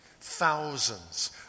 Thousands